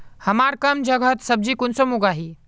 हमार कम जगहत सब्जी कुंसम उगाही?